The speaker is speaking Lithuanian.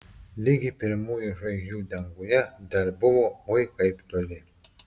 ligi pirmųjų žvaigždžių danguje dar buvo oi kaip toli